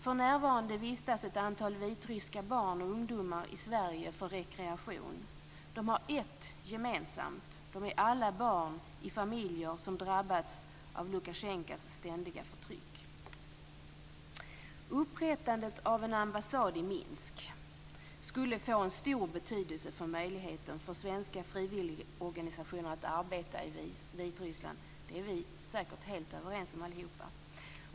För närvarande vistas ett antal vitryska barn och ungdomar i Sverige för rekreation. De har ett gemensamt: De är alla barn i familjer som drabbats av Lukasjenkos ständiga förtryck. Upprättandet av en ambassad i Minsk skulle få stor betydelse för möjligheten för svenska frivilligorganisationer att arbeta i Vitryssland. Det är vi säkert allihop helt överens om.